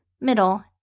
middle